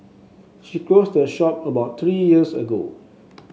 she closed her shop about three years ago